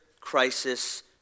crisis